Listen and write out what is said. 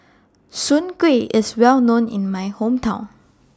Soon Kuih IS Well known in My Hometown